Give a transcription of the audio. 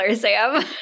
Sam